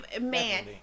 man